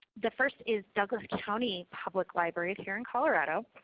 the first is douglas county public library here in colorado,